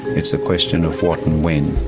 it's a question of what and when.